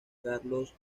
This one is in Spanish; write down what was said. carlos